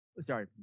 sorry